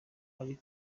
ari